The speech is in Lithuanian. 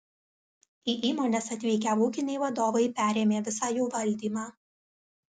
į įmones atvykę ūkiniai vadovai perėmė visą jų valdymą